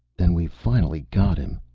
then we've finally got him.